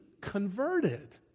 converted